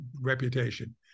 reputation